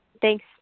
thanks